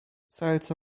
serce